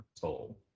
toll